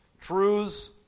Truths